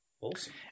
Awesome